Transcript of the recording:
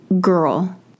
girl